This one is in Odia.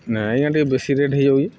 ନାଇଁ ଆଜ୍ଞା ଟିକେ ବେଶୀ ରେଟ୍ ହେଇ ଯାଉଛେ